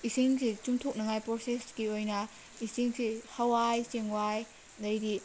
ꯏꯁꯤꯡꯁꯤ ꯆꯨꯝꯊꯣꯛꯅꯤꯡꯉꯥꯏ ꯄ꯭ꯔꯣꯁꯦꯁꯀꯤ ꯑꯣꯏꯅ ꯏꯁꯤꯡꯁꯤ ꯍꯋꯥꯏ ꯆꯦꯡꯋꯥꯏ ꯑꯗꯩꯗꯤ